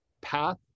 path